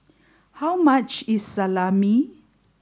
how much is Salami